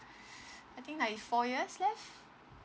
I think ninety four years left